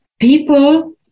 people